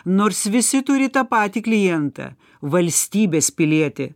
nors visi turi tą patį klientą valstybės pilietį